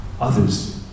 others